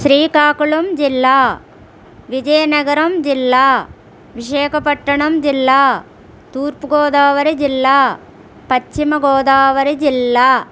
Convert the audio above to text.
శ్రీకాకుళం జిల్లా విజయనగరం జిల్లా విశాఖపట్టణం జిల్లా తూర్పు గోదావరి జిల్లా పశ్చిమ గోదావరి జిల్లా